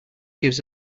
gives